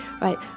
right